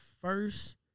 first